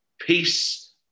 peace